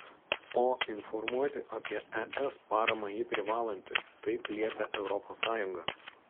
o informuoti apie es paramą ji privalanti taip liepia europos sąjunga